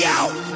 out